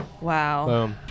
wow